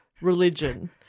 religion